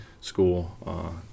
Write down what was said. school